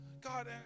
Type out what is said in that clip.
God